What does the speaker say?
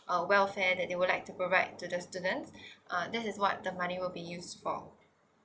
a welfare that they would like to provide to the student ah this is what the money will be use for